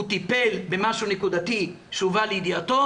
הוא טיפל במשהו נקודתי שהובא לידיעתו.